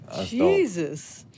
Jesus